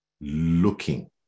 looking